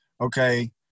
okay